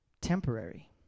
Temporary